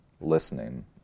listening